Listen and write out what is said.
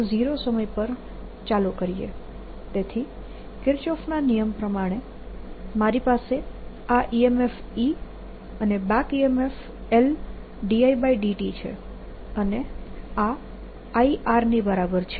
તેથી કિર્ચોફના નિયમ પ્રમાણે મારી પાસે આ EMF E અને બેક EMF LdIdt છે અને આ IR ની બરાબર છે